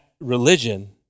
religion